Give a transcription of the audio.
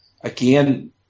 again